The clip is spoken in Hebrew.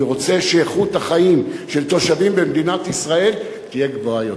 אני רוצה שאיכות החיים של תושבים במדינת ישראל תהיה גבוהה יותר,